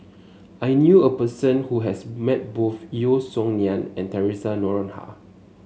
I knew a person who has met both Yeo Song Nian and Theresa Noronha